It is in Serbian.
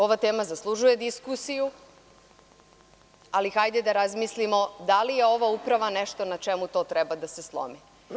Ova tema zaslužuje diskusiju, ali hajde da razmislimo da li je ova uprava nešto na čemu to treba da se slomi.